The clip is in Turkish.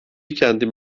kendim